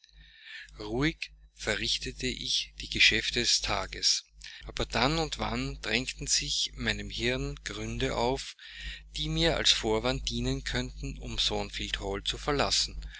ruhig verrichtete ich die geschäfte des tages aber dann und wann drängten sich meinem hirn gründe auf die mir als vorwand dienen könnten um thornfield hall zu verlassen